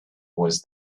was